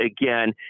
Again